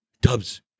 Dubs